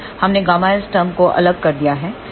हमने Γs term को अलग कर दिया हैं